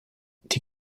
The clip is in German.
die